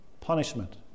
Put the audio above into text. punishment